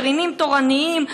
גרעינים תורניים,